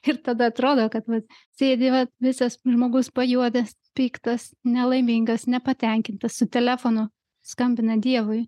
ir tada atrodo kad va sėdi va visas žmogus pajuodęs piktas nelaimingas nepatenkintas su telefonu skambina dievui